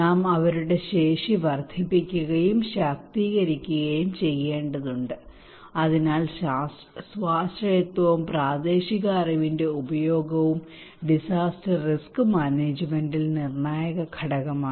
നാം അവരുടെ ശേഷി വർദ്ധിപ്പിക്കുകയും ശാക്തീകരിക്കുകയും ചെയ്യേണ്ടതുണ്ട് അതിനാൽ സ്വാശ്രയത്വവും പ്രാദേശിക അറിവിന്റെ ഉപയോഗവും ഡിസാസ്റ്റർ റിസ്ക് മാനേജ്മെന്റിൽ നിർണായക ഘടകമാണ്